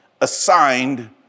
assigned